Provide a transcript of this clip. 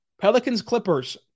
Pelicans-Clippers